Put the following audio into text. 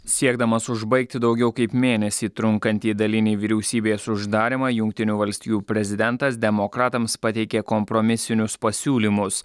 siekdamas užbaigti daugiau kaip mėnesį trunkantį dalinį vyriausybės uždarymą jungtinių valstijų prezidentas demokratams pateikė kompromisinius pasiūlymus